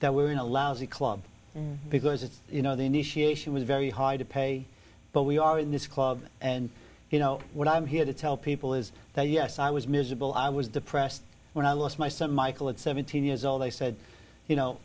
that we were in a lousy club because it's you know the initiation was very hard to pay but we are in this club and you know what i'm here to tell people is that yes i was miserable i was depressed when i lost my son michael at seventeen years old they said you know